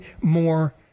more